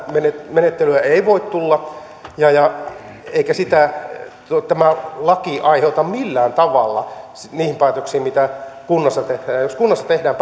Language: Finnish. menettelyä ei voi tulla eikä sitä tämä laki aiheuta millään tavalla niihin päätöksiin mitä kunnassa tehdään jos kunnassa tehdään